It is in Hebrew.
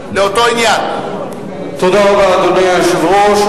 תודה רבה, אדוני היושב-ראש.